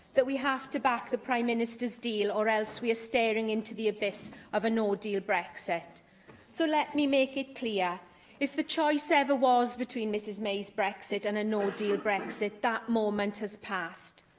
that we have to back the prime minister's deal, or else we are staring into the abyss of a no deal brexit so, let me make it clear if the choice ever was between mrs may's brexit and a no deal brexit, that moment has passed.